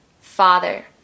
Father